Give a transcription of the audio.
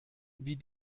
wie